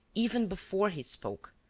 even before he spoke,